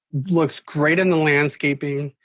looks great in the landscaping.